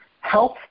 health